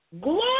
Glory